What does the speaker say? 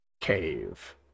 cave